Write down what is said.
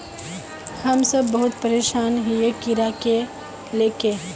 हम सब बहुत परेशान हिये कीड़ा के ले के?